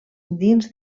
dins